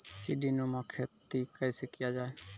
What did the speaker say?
सीडीनुमा खेती कैसे किया जाय?